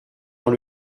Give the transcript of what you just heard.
dans